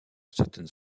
certaines